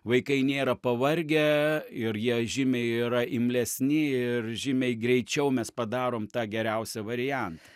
vaikai nėra pavargę ir jie žymiai yra imlesni ir žymiai greičiau mes padarom tą geriausią variantą